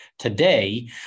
Today